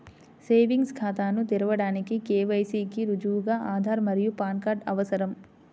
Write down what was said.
savings ఖాతాను తెరవడానికి KYC కి రుజువుగా ఆధార్ మరియు పాన్ కార్డ్ అవసరం